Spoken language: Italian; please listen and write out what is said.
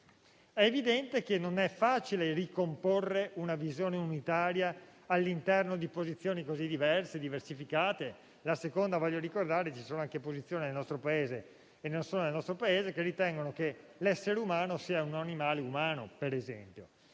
È evidente che non è facile ricomporre una visione unitaria all'interno di posizioni così diverse e diversificate. Voglio ricordare che ci sono anche posizioni, nel nostro Paese e non solo, secondo le quali l'essere umano è un animale umano, ad esempio.